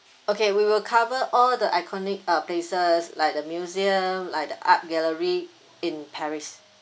okay we will cover all the iconic uh places like the museum like the art gallery in paris